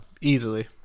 easily